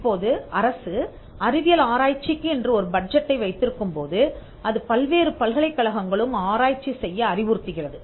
இப்போது அரசு அறிவியல் ஆராய்ச்சிக்கு என்று ஒரு பட்ஜெட்டை வைத்திருக்கும்போது அது பல்வேறு பல்கலைக்கழகங்களும் ஆராய்ச்சி செய்ய அறிவுறுத்துகிறது